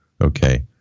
Okay